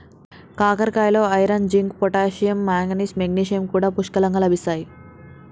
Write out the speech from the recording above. కాకరకాయలో iron, zinc, potassium, manganese, magnesium కూడా పుష్కలంగా లభిస్తాయి